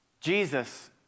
Jesus